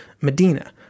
Medina